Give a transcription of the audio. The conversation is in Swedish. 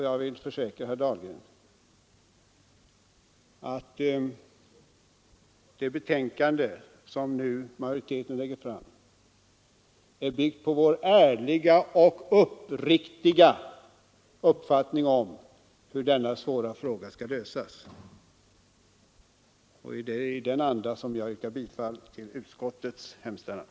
Jag vill försäkra herr Dahlgren att det betänkande som majoriteten nu lägger fram är byggt på vår ärliga och uppriktiga uppfattning om hur denna svåra fråga skall lösas. Det är i den andan jag yrkar bifall till utskottets hemställan.